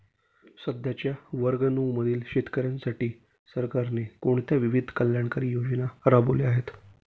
सध्याच्या वर्ग नऊ मधील शेतकऱ्यांसाठी सरकारने कोणत्या विविध कल्याणकारी योजना राबवल्या आहेत?